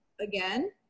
again